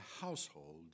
household